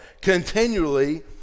continually